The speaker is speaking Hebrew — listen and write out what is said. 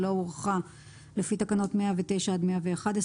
שלא הוארכה לפי תקנת 109 עד 111,